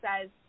says